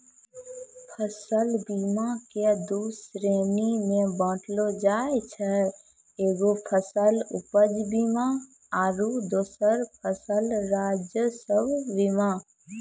फसल बीमा के दु श्रेणी मे बाँटलो जाय छै एगो फसल उपज बीमा आरु दोसरो फसल राजस्व बीमा